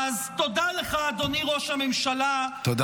אז תודה לך, אדוני ראש הממשלה -- תודה.